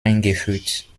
eingeführt